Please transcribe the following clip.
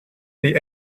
the